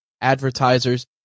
advertisers